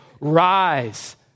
rise